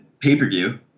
pay-per-view